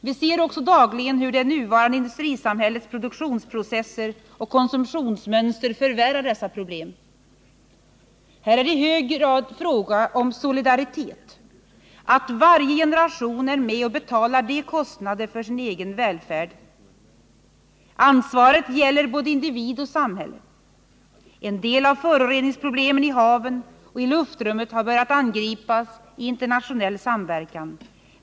Vi ser också dagligen hur det nuvarande industrisamhällets produktionsprocesser och konsumtionsmönster förvärrar dessa problem. Det är i hög grad en solidaritetsfråga att varje generation är med och betalar de totala kostnaderna för sin egen välfärd. Ansvaret gäller både individ och samhälle. En del av föroreningsproblemen i haven och i luftrummet har börjat angripas i internationell samverkan.